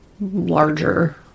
larger